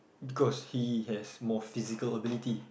because he has more physical ability